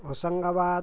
Hoshangabad